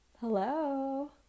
Hello